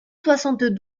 soixante